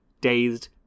Dazed